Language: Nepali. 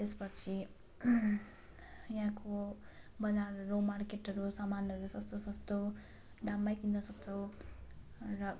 त्यस पछि यहाँको बजारहरू मार्केटहरू सामानहरू सस्तो सस्तो दाममै किन्न सक्छौँ र